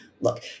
Look